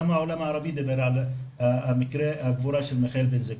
גם העולם הערבי דיבר על מקרה הגבורה של מיכאל בן זקרי.